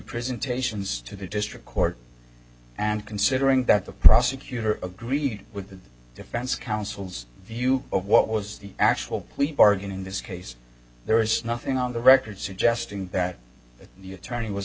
tensions to the district court and considering that the prosecutor agreed with the defense counsel's view of what was the actual point bargain in this case there was nothing on the record suggesting that the attorney was